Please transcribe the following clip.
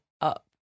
up